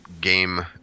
game